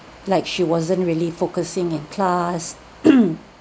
like she wasn't really focusing in class